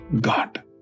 God